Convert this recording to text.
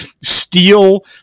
steal